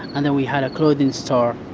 and then we had a clothing store.